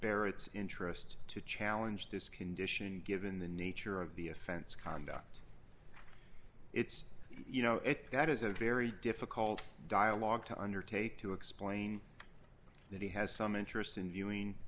barrett's interest to challenge this condition given the nature of the offense conduct it's you know it that is a very difficult dialogue to undertake to explain that he has some interest